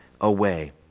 away